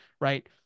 right